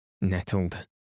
nettled